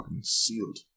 sealed